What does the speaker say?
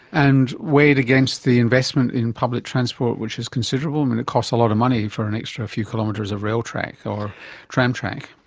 and weighed against the investment in public transport, which is considerable, i mean it costs a lot of money for an extra few kilometres of rail track or tram track.